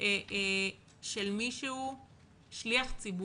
של מי שהוא שליח ציבור.